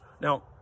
Now